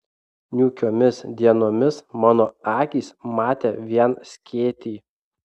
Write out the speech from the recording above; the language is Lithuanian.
niūkiomis dienomis mano akys matė vien skėtį